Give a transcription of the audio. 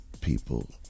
people